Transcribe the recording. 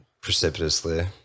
Precipitously